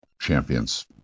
Champions